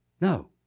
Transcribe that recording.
No